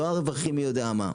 לא רווחים מי יודע מה,